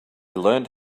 learned